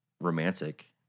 romantic